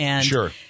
Sure